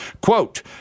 Quote